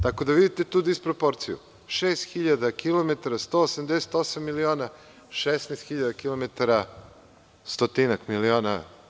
Tako da, vidite tu disproporciju - 6.000 km – 188 miliona, 16.000 km – stotinak miliona.